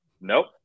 nope